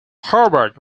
herbert